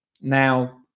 Now